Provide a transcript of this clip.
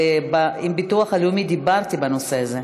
ודיברתי עם הביטוח הלאומי בנושא הזה,